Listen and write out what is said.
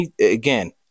again